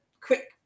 quick